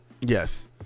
Yes